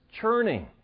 churning